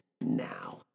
now